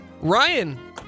ryan